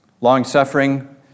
Long-suffering